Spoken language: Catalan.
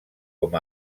com